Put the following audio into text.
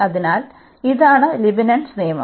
അതിനാൽ ഇതാണ് ലീബ്നിറ്റ്സ് നിയമം